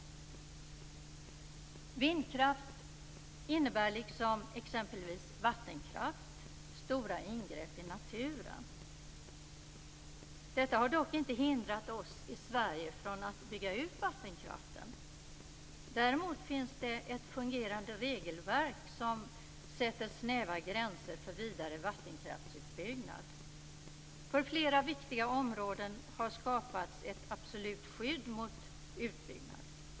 Vindkraft innebär liksom exempelvis vattenkraft stora ingrepp i naturen. Detta har dock inte hindrat oss i Sverige från att bygga ut vattenkraften. Däremot finns det ett fungerande regelverk som sätter snäva gränser för vidare vattenkraftsutbyggnad. För flera viktiga områden har det skapats ett absolut skydd mot utbyggnad.